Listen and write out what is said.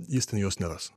jis ten jos neras